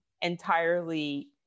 entirely